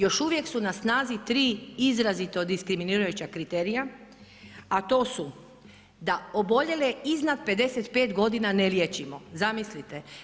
Još uvijek su na snazi 3 izrazito diskriminirajuća kriterija, a to su da oboljele iznad 55 godina ne liječimo, zamislite.